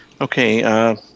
Okay